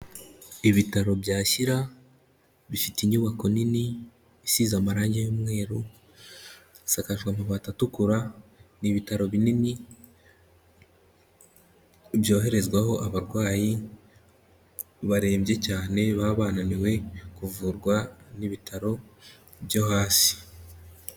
Ibitaro bya Shyira bifite inyubako nini isize amarangi y'umweru bisakajwe amabati atukura, ni ibitaro binini byoherezwaho abarwayi barembye cyane baba bananiwe kuvurwa n'ibitaro byo hasi.